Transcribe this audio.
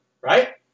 Right